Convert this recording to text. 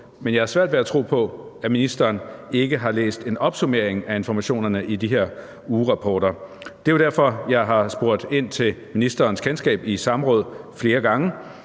Men jeg har svært ved at tro på, at ministeren ikke har læst en opsummering af informationerne i de her ugerapporter. Det er jo derfor, at jeg flere gange i samråd har spurgt ind til ministerens kendskab. Jeg var i det